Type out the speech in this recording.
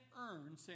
earn